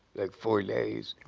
like, four days.